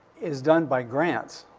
is done by grants.